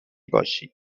باشید